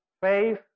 faith